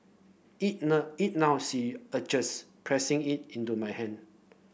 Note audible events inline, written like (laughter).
eat (unintelligible) eat now see urges pressing it into my hand